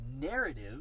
narrative